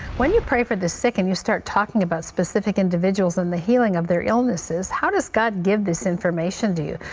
when you pray for the sick and you start talking about specific individuals and the healing of their illnesses, how does god give this information to you?